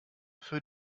für